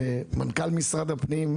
מנכ"ל משרד הפנים,